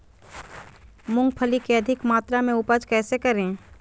मूंगफली के अधिक मात्रा मे उपज कैसे करें?